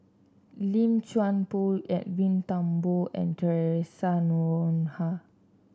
Lim Chuan Poh Edwin Thumboo and Theresa Noronha